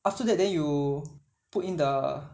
after that then you put in the